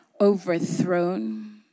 overthrown